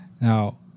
Now